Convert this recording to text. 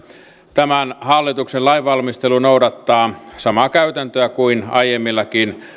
tämän hallituksen lainvalmistelu noudattaa samaa käytäntöä kuin aiemmillakin